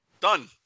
Done